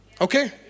Okay